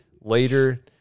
later